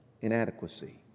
inadequacy